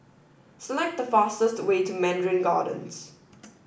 select the fastest way to Mandarin Gardens